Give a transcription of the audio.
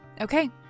Okay